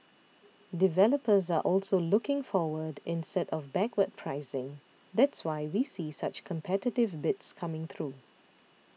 developers are also looking forward instead of backward pricing that's why we see such competitive bids coming through